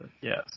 Yes